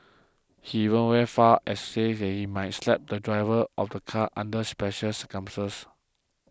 he even went as far as to say he might slap the driver of a car under special circumstances